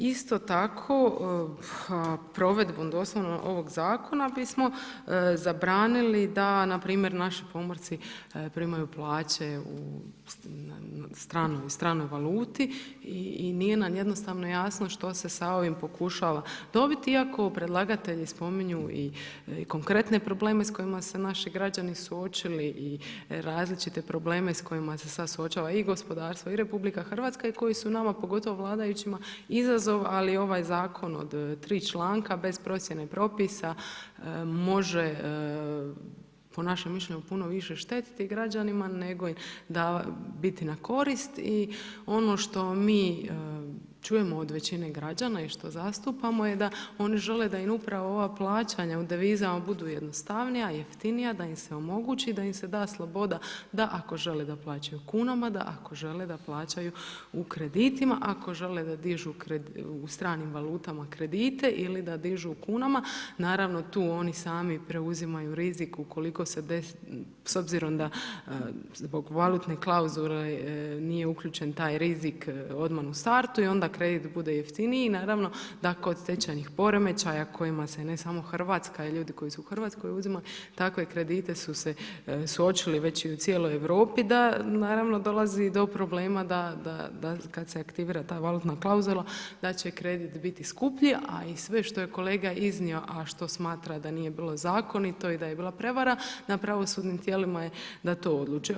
Isto tako, provedbom, doslovno ovog zakona bismo zabranili da npr. naši pomorci primaju plaće u stranoj valuti i nije nam jednostavno jasno što se sa ovim pokušava dobiti iako predlagatelji spominju i konkretne probleme s kojima se naši građani suočili i različite probleme s kojima se sad suočava i gospodarstvo i RH i koji su nama, pogotovo vladajućima, izazov, ali ovaj zakon od 3 članka bez procijene i propisa može, po našem mišljenju, puno više štetiti građanima, nego biti na korist i ono što mi čujemo od većine građana i što zastupamo je da oni žele da im upravo ova plaćanja u devizama budu jednostavnija i jeftinija, da im se omogući, da im se da sloboda da ako žele da plaćaju u kunama, da ako žele da plaćaju u kreditima, ako žele da dižu u stranim valutama kredite ili da dižu u kunama, naravno, tu oni sami preuzimaju rizik ukoliko se desi, s obzirom da, zbog valutne klauzule nije uključen taj rizik odmah u startu i onda kredit bude jeftiniji i naravno, da kod tečajnih poremećaja kojima se ne samo RH i ljudi koji su u RH uzimali takve kredite su se suočili već i u cijeloj Europi da, naravno da dolazi do problema da, da, da kad se aktivira ta valutna klauzula da će kredit biti skuplji, a i sve što je kolega iznio, a što smatra da nije bilo zakonito i da je bila prevara, na pravosudnim tijelima je da to odluče.